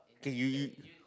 K you you